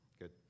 good